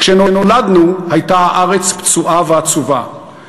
"כשנולדנו הייתה הארץ פצועה ועצובה /